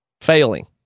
Failing